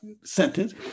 sentence